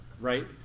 right